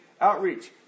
outreach